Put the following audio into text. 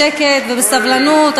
בשקט ובסבלנות,